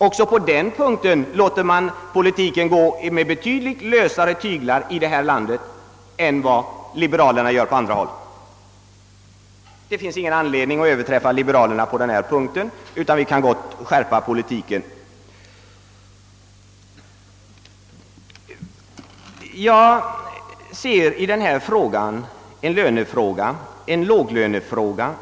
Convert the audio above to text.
Också på den punkten för man i Sverige politiken med betydligt lösare tyglar än vad liberalerna gör på andra håll. Det finns ingen anledning att överträffa dessa liberaler. Vi kan gott skärpa vår politik. Jag ser detta problem som en låglönefråga.